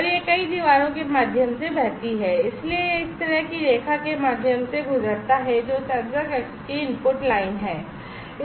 और यह कई दीवारों के माध्यम से बहती है इसलिए यह इस तरह की रेखा के माध्यम से गुजरता है जो सेंसर कक्ष की इनपुट लाइन है